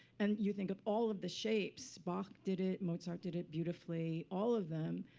and you think of all of the shapes bach did it, mozart did it beautifully, all of them.